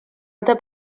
alta